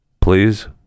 Please